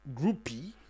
groupie